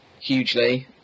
hugely